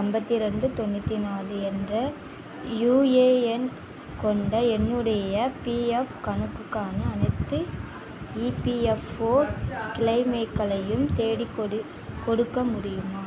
ஐம்பத்தி ரெண்டு தொண்ணூற்றி நாலு என்ற யூஏஎன் கொண்ட என்னுடைய பிஎஃப் கணக்குக்கான அனைத்து இபிஎஃப்ஓ க்ளெய்ம்களையும் தேடிக்கொடுக்க கொடுக்க முடியுமா